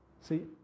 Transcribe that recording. See